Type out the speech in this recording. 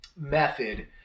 Method